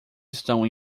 estão